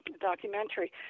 documentary